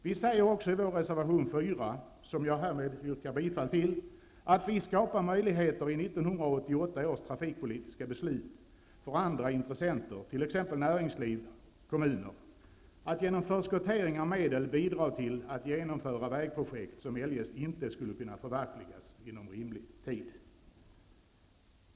Vi säger också i vår reservation 4, som jag härmed yrkar bifall till, att vi genom 1988 års trafikpolitiska beslut skapade möjligheter för andra intressenter, t.ex. näringsliv och kommuner, att genom förskottering av medel bidra till att genomföra vägprojekt som eljest inte skulle kunna förverkligas inom rimlig tid.